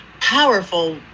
powerful